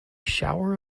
shower